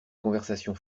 conversations